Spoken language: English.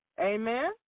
Amen